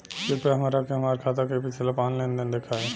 कृपया हमरा के हमार खाता के पिछला पांच लेनदेन देखाईं